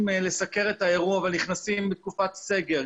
לסקר את האירוע ונכנסים בתקופת סגר,